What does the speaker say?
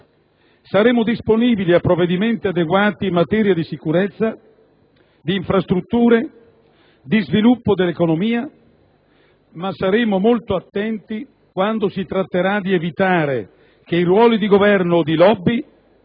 Saremo disponibili a provvedimenti adeguati in materia di sicurezza, di infrastrutture, di sviluppo dell'economia, ma saremo molto attenti quando si tratterà di evitare che i ruoli di governo o di *lobby* vengano